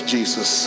Jesus